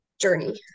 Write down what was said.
journey